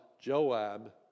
Joab